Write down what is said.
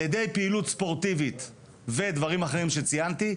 על ידי פעילות ספורטיבית ודברים אחרים שציינתי,